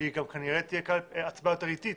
כנראה תהיה הצבעה בריאותית,